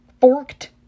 forked